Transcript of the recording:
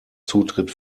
zutritt